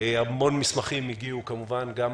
המון מסמכים עלו על שולחן